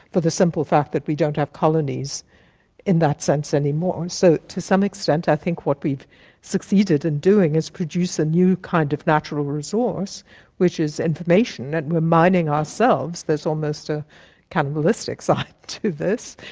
for the simple fact that we don't have colonies in that sense any more. so to some extent i think what we've succeeded in doing is produce a new kind of natural resource which is information, and reminding ourselves there's almost a cannibalistic side to this.